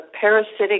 parasitic